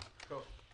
כן, ינון.